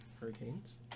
Hurricanes